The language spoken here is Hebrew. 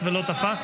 התשפ"ד